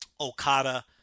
Okada